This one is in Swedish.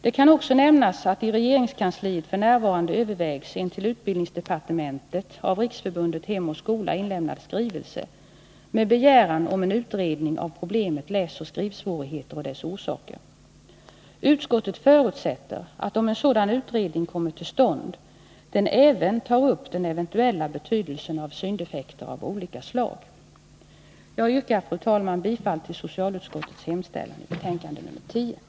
Det kan också nämnas att i regeringskansliet f.n. övervägs en till utbildningsdepartementet av Riksförbundet Hem och skola inlämnad skrivelse med begäran om en utredning av problemet läsoch skrivsvårigheter och dess orsaker. Utskottet förutsätter att, om en sådan utredning kommer till stånd, den även tar upp frågan om den eventuella betydelsen av syndefekter av olika slag. Fru talman! Jag yrkar bifall till socialutskottets hemställan i betänkande nr 10.